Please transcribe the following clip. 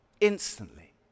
instantly